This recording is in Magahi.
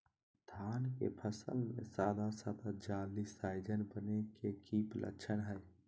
धान के फसल में सादा सादा जाली जईसन बने के कि लक्षण हय?